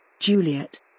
Juliet